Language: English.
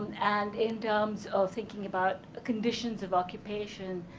and in terms of thinking about conditions of occupation,